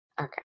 Okay